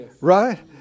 right